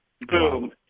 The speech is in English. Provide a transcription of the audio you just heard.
Boom